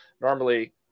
normally